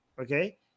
okay